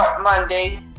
Monday